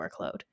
workload